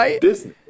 Disney